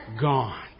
gone